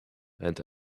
and